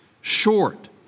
short